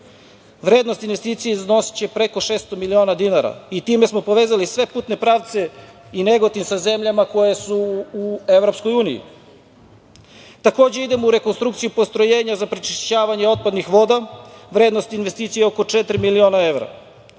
Vrednost investicija iznosiće preko 600.000.000 dinara i time smo povezali sve putne pravce i Negotin sa zemljama koje su u EU. Takođe, idemo u rekonstrukciju postrojenja za prečišćavanje otpadnih voda, vrednost investicije oko 4.000.000 evra.